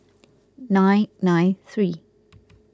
nine nine three